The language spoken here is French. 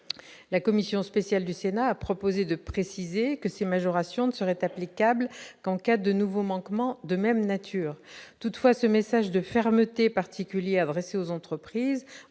la commission spéciale du Sénat a proposé de préciser que ces majorations ne serait applicable qu'en cas de nouveaux manquements de même nature, toutefois ce message de fermeté particulier adressé aux entreprises